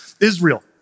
Israel